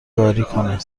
کنه